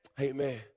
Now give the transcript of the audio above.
Amen